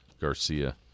Garcia